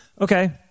okay